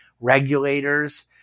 regulators